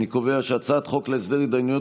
אני קובע שהצעת חוק להסדר התדיינויות